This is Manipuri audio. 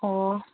ꯑꯣ